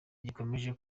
gikomeje